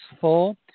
full